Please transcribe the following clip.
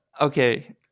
Okay